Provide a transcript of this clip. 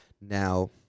Now